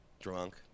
Drunk